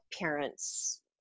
parents